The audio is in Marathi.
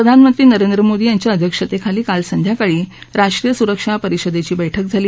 प्रधानमंत्री नरेंद्र मोदी यांच्या अध्यक्षतेखाली काल संध्याकाळी राष्ट्रीय सुरक्षा परिषदेची बैठक झाली